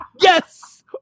Yes